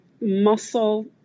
muscle